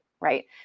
right